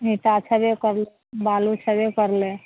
ईंटा छबे करलै बालू छबे करलै